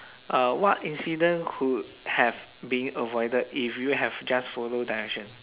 uh what incident could have been avoided if you have just follow direction